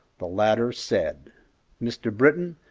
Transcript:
the latter said mr. britton,